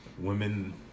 women